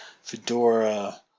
Fedora